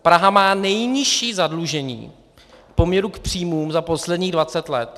Praha má nejnižší zadlužení v poměru k příjmům za posledních dvacet let.